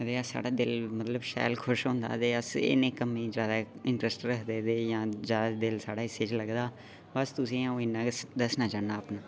मतलव साढ़ा शैल खुश होंदा ते अस एह् नेह् कम्में गी जैदा इंट्रस्ट रखदे हे ते जैदै दिल साढा इस्सै च लगदा हा बस तुसैं गी आऊं इन्ना गै सुनाना चाह्ना